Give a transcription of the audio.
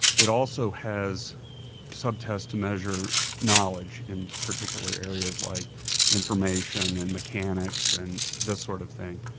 it also has sub-tests to measure knowledge in particular areas like information and mechanics and this sort of thing.